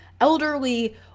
elderly